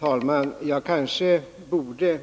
Herr talman!